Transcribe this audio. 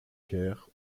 caire